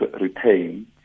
retain